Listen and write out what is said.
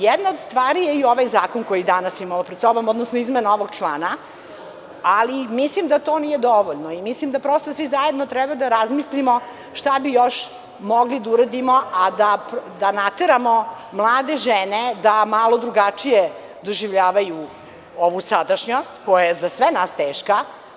Jedna od stvari je i ovaj zakon koji danas imamo pred sobom, odnosno izmena ovog člana, ali mislim da to nije dovoljno i mislim da, prosto svi zajedno treba da razmislimo šta bi još mogli da uradimo, a da nateramo mlade žene da malo drugačije doživljavaju ovu sadašnjost, koja je za sve nas teška.